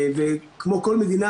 כמו כל מדינה,